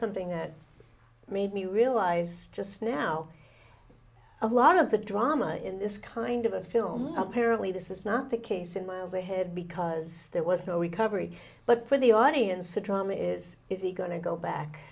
something that made me realize just now a lot of the drama in this kind of a film apparently this is not the case in my head because there was no we coverage but for the audience a drama is is he going to go back